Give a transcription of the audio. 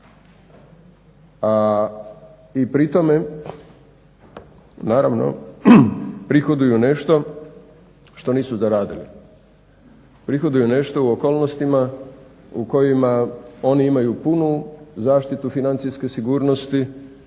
i pri tome naravno prihoduju nešto što nisu zaradili, prihoduju nešto u okolnostima u kojima oni imaju punu zaštitu financijske sigurnosti,